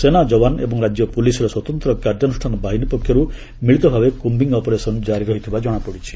ସେନା ଯବାନ ଏବଂ ରାଜ୍ୟ ପୁଲିସ୍ର ସ୍ୱତନ୍ତ୍ର କାର୍ଯ୍ୟାନୁଷ୍ଠାନ ବାହିନୀ ପକ୍ଷରୁ ମିଳିତ ଭାବେ କୁମ୍ବିଂ ଅପରେସନ୍ ଜାରି ରହିଥିବା ଜଣାପଡ଼ିଛି